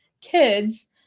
kids